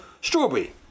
strawberry